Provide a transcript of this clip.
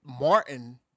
Martin